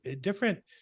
different